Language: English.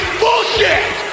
bullshit